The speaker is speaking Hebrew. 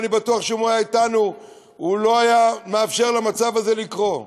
ואני בטוח שאם הוא היה אתנו הוא לא היה מאפשר למצב הזה לקרות.